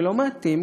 ולא מעטים,